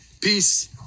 Peace